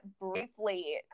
briefly